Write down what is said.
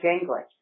English